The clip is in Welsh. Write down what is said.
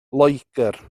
loegr